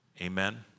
amen